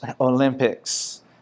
Olympics